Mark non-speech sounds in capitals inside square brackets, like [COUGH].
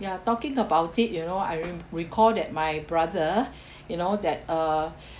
ya talking about it you know I re~ recall that my brother [BREATH] you know that uh [BREATH]